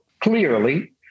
clearly